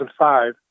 2005